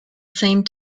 same